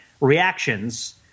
reactions